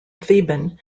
theban